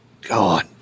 God